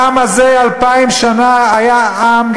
העם הזה אלפיים שנה היה עם,